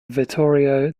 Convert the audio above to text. vittorio